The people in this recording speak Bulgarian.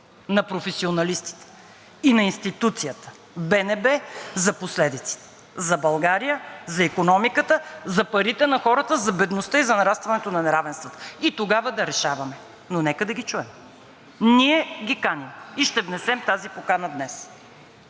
на професионалистите и на институцията БНБ за последиците за България, за икономиката, за парите на хората, за бедността и за нарастването на неравенствата, и тогава да решаваме. Но нека да ги чуем. Ние ги каним и ще внесем тази покана днес.